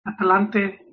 Atlante